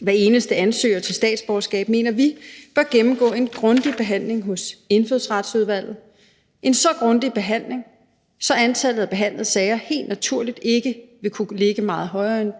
Hver eneste ansøger mener vi bør gennemgå en grundig behandling hos Indfødsretsudvalget, en så grundig behandling, at antallet af behandlede sager helt naturligt ikke vil kunne ligge meget højere end